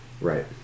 Right